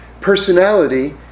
personality